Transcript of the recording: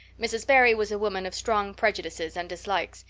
mrs. barry was a woman of strong prejudices and dislikes,